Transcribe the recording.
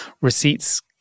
Receipts